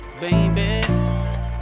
baby